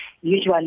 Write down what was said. usually